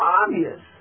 obvious